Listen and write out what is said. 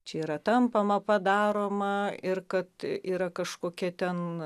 čia yra tampama padaroma ir kad yra kažkokia ten